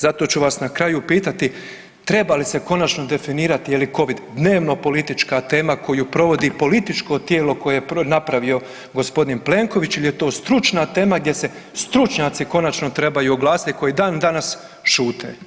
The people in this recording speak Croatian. Zato ću vas na kraju pitati, treba li se konačno definirati je li covid dnevnopolitička tema koju provodi političko tijelo koje je napravio g. Plenković ili je to stručna tema gdje se stručnjaci konačno trebaju oglasiti koji i dan danas šute?